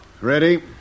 Ready